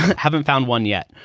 haven't found one yet,